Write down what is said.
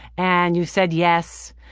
and you've said yes,